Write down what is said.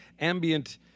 ambient